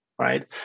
right